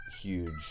huge